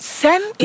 send